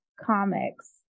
comics